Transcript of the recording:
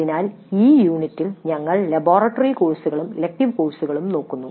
അതിനാൽ ഈ യൂണിറ്റിൽ ഞങ്ങൾ ലബോറട്ടറി കോഴ്സുകളും ഇലക്ടീവ് കോഴ്സുകളും നോക്കുന്നു